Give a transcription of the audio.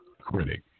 critic